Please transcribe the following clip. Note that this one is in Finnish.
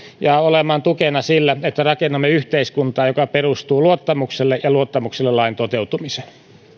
ja olemaan tukena sille että rakennamme yhteiskuntaa joka perustuu luottamukselle ja luottamukselle lain toteutumiseen